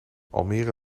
almere